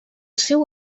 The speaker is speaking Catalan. seu